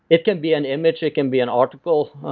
it can be an image, it can be an article,